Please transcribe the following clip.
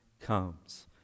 comes